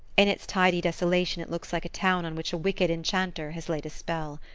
in its tidy desolation it looks like a town on which a wicked enchanter has laid a spell.